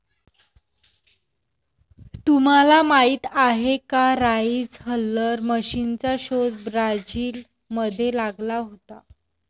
तुम्हाला माहीत आहे का राइस हलर मशीनचा शोध ब्राझील मध्ये लागला होता